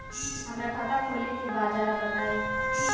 हमरा खाता खोले के बा जरा बताई